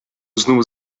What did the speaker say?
znów